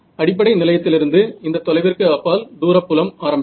அடிப்படை நிலையத்திலிருந்து இந்த தொலைவிற்கு அப்பால் தூர புலம் ஆரம்பிக்கும்